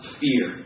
fear